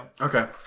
okay